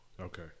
Okay